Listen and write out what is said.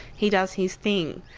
he does his thing.